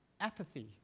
apathy